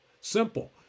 simple